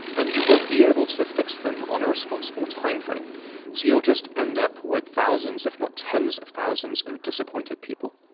and you won't be able to fix them on a responsible timeframe. so you'll just end up with thousands, if not tens of thousands, of disappointed people